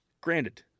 Granted